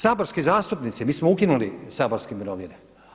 Saborski zastupnici, mi smo ukinuli saborske mirovine.